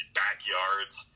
backyards